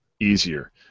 easier